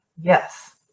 Yes